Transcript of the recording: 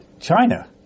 China